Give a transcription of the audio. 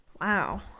Wow